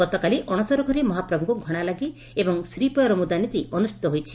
ଗତକାଲି ଅଶସରଘରେ ମହାପ୍ରଭୁଙ୍କୁ ଘଶାଲାଗି ଏବଂ ଶ୍ରୀପୟରମୁଦା ନୀତି ଅନୁଷ୍ପିତ ହୋଇଛି